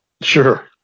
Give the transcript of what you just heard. Sure